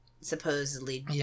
supposedly